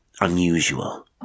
unusual